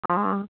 अ